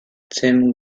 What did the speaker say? tim